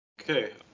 okay